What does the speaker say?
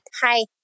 Hi